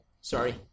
sorry